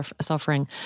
suffering